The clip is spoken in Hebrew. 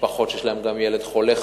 משפחות שיש להן גם ילד חולה,